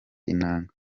inanga